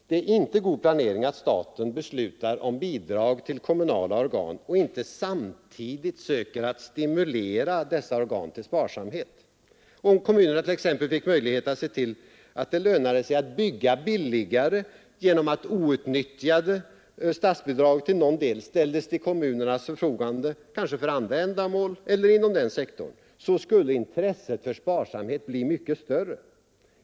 Det är inte god planering att staten beslutar om bidrag till kommunala organ och inte samtidigt söker stimulera dessa till sparsamhet. Om kommunerna t.ex. fick möjlighet att se att det lönade sig att bygga billigare genom att outnyttjade statsbidrag till någon del ställdes till kommunernas förfogande — för andra ändamål eller inom samma sektor — skulle intresset för sparsamhet bli mycket större.